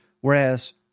whereas –